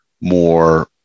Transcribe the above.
more